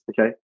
Okay